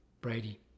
Brady